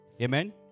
Amen